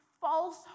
false